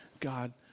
God